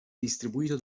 distribuito